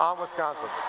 um wisconsin!